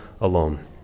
alone